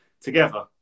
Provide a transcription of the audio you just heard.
together